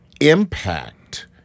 Impact